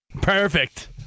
Perfect